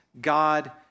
God